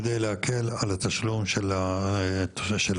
כדי להקל על התשלום של הסבסוד.